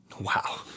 Wow